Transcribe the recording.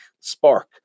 spark